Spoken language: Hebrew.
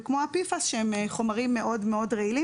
למה אין איזושהי בדיקה על הסביבה?